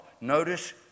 notice